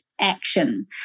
action